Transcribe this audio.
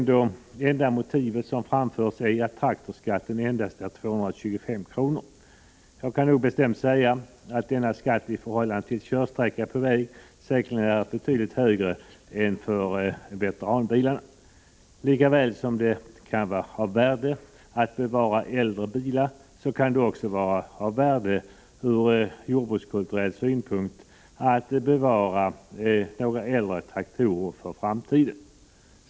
Det enda motiv som framförs är att traktorskatten endast är 225 kr. Jag kan bestämt säga att denna skatt i förhållande till körsträckan på väg säkerligen är betydligt högre än för veteranbilar. Lika väl som det kan vara av värde att bevara äldre bilar kan det från jordbrukskulturell synpunkt vara av värde att för framtiden bevara några äldre traktorer.